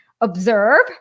observe